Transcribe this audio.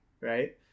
right